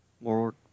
More